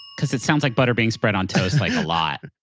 because it sounds like butter being spread on toast, like a lot